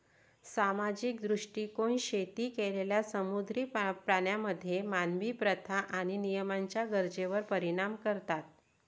सामाजिक दृष्टीकोन शेती केलेल्या समुद्री प्राण्यांमध्ये मानवी प्रथा आणि नियमांच्या गरजेवर परिणाम करतात